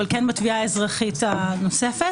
אבל כן בתביעה האזרחית הנוספת,